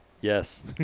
Yes